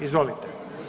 Izvolite.